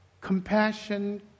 compassion